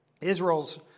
Israel's